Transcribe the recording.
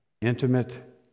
Intimate